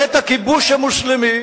בעת הכיבוש המוסלמי,